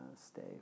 stay